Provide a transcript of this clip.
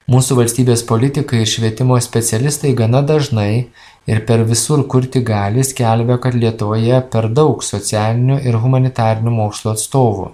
mūsų valstybės politikai ir švietimo specialistai gana dažnai ir per visur kur tik gali skelbia kad lietuvoje per daug socialinių ir humanitarinių mokslų atstovų